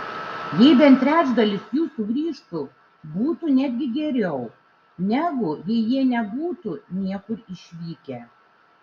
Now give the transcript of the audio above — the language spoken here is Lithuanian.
jei bent trečdalis jų sugrįžtų būtų netgi geriau negu jei jie nebūtų niekur išvykę